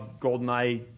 GoldenEye